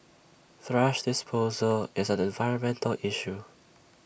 thrash disposal is an environmental issue